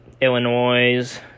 Illinois